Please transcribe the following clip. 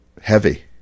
heavy